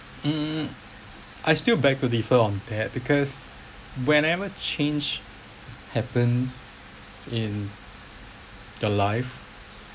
hmm I still beg to differ on that because whenever change happen in the life